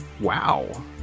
Wow